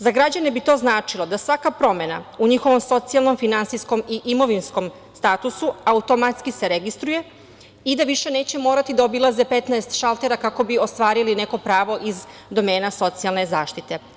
Za građane bi to značilo da svaka promena u njihovom socijalnom, finansijskom i imovinskom statusu automatski se registruje i da više neće morati da obilaze 15 šaltera kako bi ostvarili neko pravo iz domena socijalne zaštite.